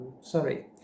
Sorry